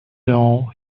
know